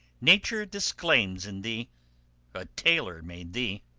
nature disclaims in thee a tailor made thee.